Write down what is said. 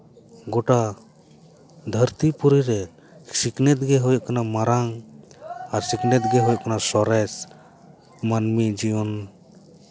ᱜᱳᱴᱟ ᱫᱷᱟᱹᱨᱛᱤ ᱯᱩᱨᱤ ᱨᱮ ᱥᱤᱠᱷᱱᱟᱹᱛ ᱜᱮ ᱦᱩᱭᱩᱜ ᱠᱟᱱᱟ ᱢᱟᱨᱟᱝ ᱟᱨ ᱥᱤᱠᱷᱱᱟᱹᱛ ᱜᱮ ᱦᱩᱭᱩᱜ ᱠᱟᱱᱟ ᱥᱚᱨᱮᱥ ᱢᱟᱹᱱᱢᱤ ᱡᱤᱭᱚᱱ